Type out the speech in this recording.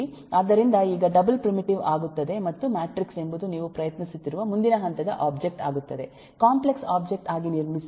ಆದ್ದರಿಂದ ಈಗ double primitive ಆಗುತ್ತದೆ ಮತ್ತು ಮ್ಯಾಟ್ರಿಕ್ಸ್ ಎಂಬುದು ನೀವು ಪ್ರಯತ್ನಿಸುತ್ತಿರುವ ಮುಂದಿನ ಹಂತದ ಒಬ್ಜೆಕ್ಟ್ ಆಗುತ್ತದೆ ಕಾಂಪ್ಲೆಕ್ಸ್ ಒಬ್ಜೆಕ್ಟ್ ಆಗಿ ನಿರ್ಮಿಸಿ